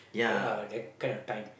that uh that kind of time